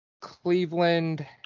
Cleveland